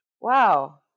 Wow